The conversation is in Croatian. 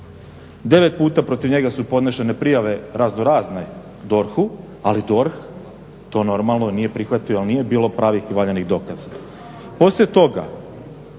Devet puta protiv njega su podnešene prijave razno razne DORH-u, ali DORH to normalno nije prihvatio jer nije bilo pravih i valjanih dokaza.